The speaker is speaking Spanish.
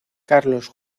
carlos